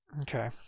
Okay